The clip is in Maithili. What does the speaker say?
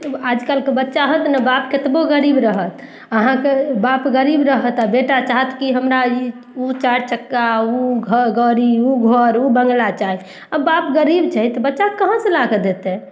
आजकल कऽ बच्चा होत नऽ बाप केतबो गरीब रहत अहाँके बाप गरीब रहत आ बेटा चाहत कि हमरा ई ओ चारि चक्का ओ घर ओ गड़ी ओ घर ओ बङ्गला चाही आ बाप गरीब छै तऽ बच्चाके कहाँ सऽ ला कऽ देतै